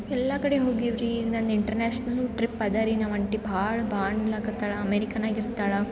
ಎಲ್ಲ ಕಡೆ ಹೋಗಿವ್ರಿ ನಾನು ಇಂಟ್ರ್ನ್ಯಾಷ್ನಲು ಟ್ರಿಪ್ ಅದಾರಿ ನಮ್ಮ ಆಂಟಿ ಭಾಳ ಬಾ ಅನ್ಲಿಕತ್ತಾಳ ಅಮೆರಿಕನಾಗೆ ಇರ್ತಾಳೆ